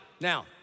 Now